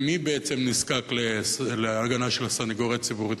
ולכן, מי בעצם נזקק להגנה של הסניגוריה הציבורית?